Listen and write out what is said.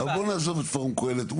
אבל בואו נעזוב את פורום קהלת,